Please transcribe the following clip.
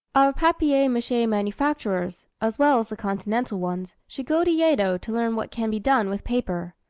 our papier-mache manufacturers, as well as the continental ones, should go to yeddo to learn what can be done with paper.